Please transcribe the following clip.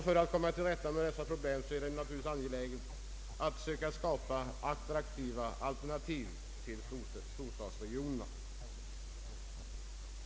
För att komma till rätta med dessa problem är det angeläget att söka skapa attraktiva alternativ till storstadsregionerna.